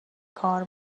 کار